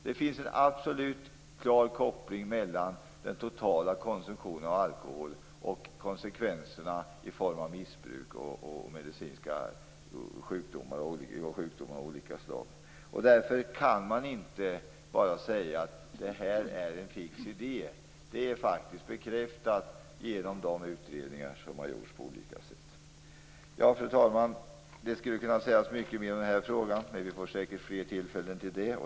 Det finns en absolut klar koppling mellan den totala konsumtionen av alkohol och konsekvenserna i form av missbruk och sjukdomar av olika slag. Därför kan man inte bara säga att det här är en fix idé. Det är bekräftat genom de utredningar som har gjorts på olika sätt. Fru talman! Det skulle kunna sägas mycket mer i den här frågan, men vi får säkert fler tillfällen till det.